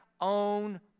own